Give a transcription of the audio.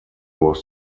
was